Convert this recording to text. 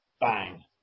bang